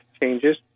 changes